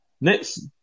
Next